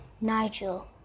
Nigel